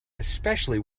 especially